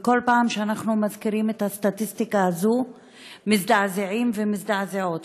וכל פעם שאנחנו מזכירים את הסטטיסטיקה הזאת מזדעזעים ומזדעזעות.